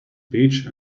beach